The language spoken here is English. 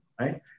right